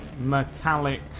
metallic